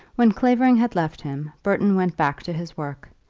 when clavering had left him burton went back to his work,